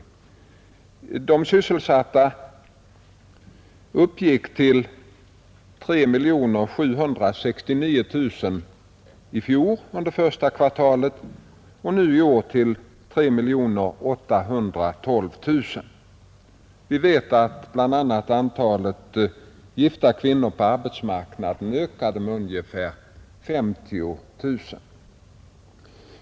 Antalet sysselsatta uppgick till 3 769 000 under första kvartalet i fjol och nu i år till 3 812 000. Vi vet att bl.a. antalet gifta kvinnor på arbetsmarknaden har ökat med ungefär 50 000.